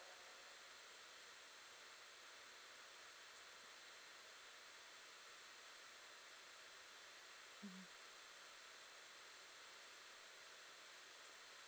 mmhmm